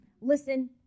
listen